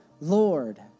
Lord